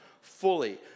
fully